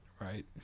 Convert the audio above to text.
right